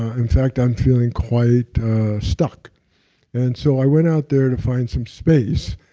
ah in fact i'm feeling quite stuck and so i went out there to find some space.